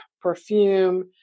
perfume